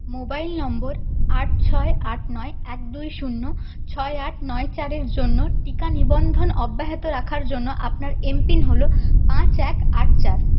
mobile নম্বর আট ছয় আট নয় এক দুই শূন্য ছয় আট নয় চার এর জন্য টিকা নিবন্ধন অব্যাহত রাখার জন্য আপনার এমপিন হল পাঁচ এক আট চার